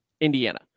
Indiana